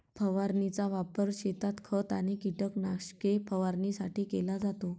फवारणीचा वापर शेतात खत आणि कीटकनाशके फवारणीसाठी केला जातो